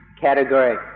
category